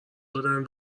دادن